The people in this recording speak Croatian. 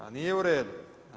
A nije u redu.